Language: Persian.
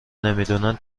نمیدونن